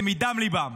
זה מדם ליבם.